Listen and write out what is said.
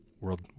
World